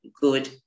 good